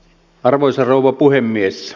arvoisa rouva puhemies